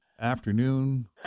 afternoon